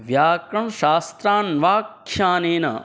व्याकरणशास्त्रान्वक्षणेन